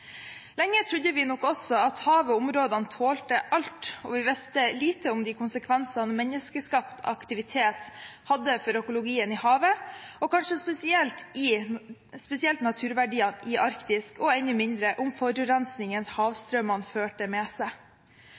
Lenge trodde vi nok også at havet og områdene tålte alt. Vi visste lite om de konsekvensene menneskeskapt aktivitet hadde for økologien i havet, kanskje spesielt naturverdier i Arktis, og enda mindre om forurensningen havstrømmene ført med seg.